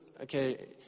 okay